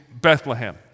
Bethlehem